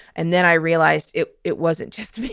and then i realized it it wasn't just me.